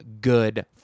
good